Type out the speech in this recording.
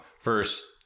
first